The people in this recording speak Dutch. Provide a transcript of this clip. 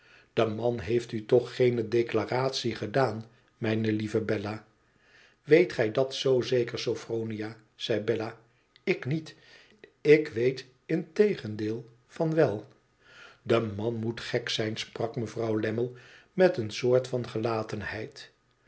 de man heeft n toch geene declaratie gedaan mijne lieve bella weet gij dat zoo zeker sophronia zei bella ik niet ik weet mtegendeel van wel de man moet gek zijn sprak mevrouw lammie met een soort van gelatenheid